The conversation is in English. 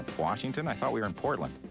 washington? i thought we were in portland.